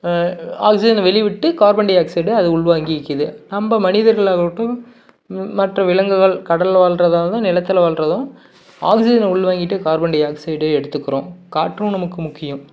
ஆக்சிஜனை வெளியே விட்டு கார்பன் டை ஆக்சைடை அது உள்வாங்கிக்கிறது நம்ம மனிதர்களாகட்டும் மற்ற விலங்குகள் கடல்ல வாழ்கிற நிலத்தில் வாழ்றதும் ஆக்சிஜனை உள்வாங்கிட்டு கார்பன் டை ஆக்சைடை எடுத்துக்கிறோம் காற்றும் நமக்கு முக்கியம்